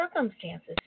circumstances